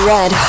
Red